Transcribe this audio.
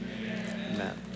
amen